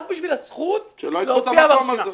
רק בשביל הזכות --- שלא ילכו למקום הזה.